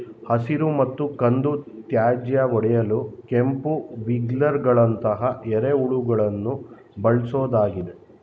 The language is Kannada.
ಹಸಿರು ಮತ್ತು ಕಂದು ತ್ಯಾಜ್ಯ ಒಡೆಯಲು ಕೆಂಪು ವಿಗ್ಲರ್ಗಳಂತಹ ಎರೆಹುಳುಗಳನ್ನು ಬಳ್ಸೋದಾಗಿದೆ